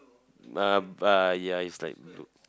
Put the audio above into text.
uh uh ya is like blue